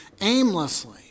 aimlessly